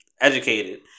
educated